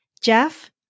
Jeff